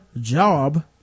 Job